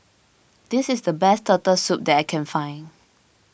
this is the best Turtle Soup that I can find